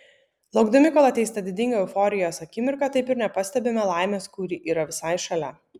laukdami kol ateis ta didinga euforijos akimirka taip ir nepastebime laimės kuri yra visai šalia